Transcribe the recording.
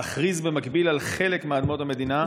להכריז במקביל על חלק מאדמות המדינה?